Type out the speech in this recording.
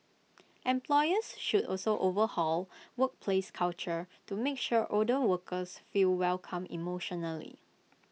employers should also overhaul workplace culture to make sure older workers feel welcome emotionally